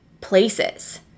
places